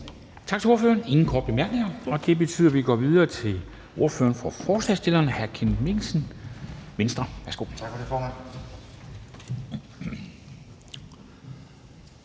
Tak til ordføreren. Der er ingen korte bemærkninger, og det betyder, at vi går videre til ordføreren for forslagsstillerne, hr. Kenneth Mikkelsen, Venstre. Værsgo. Kl. 10:44 (Ordfører